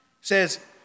says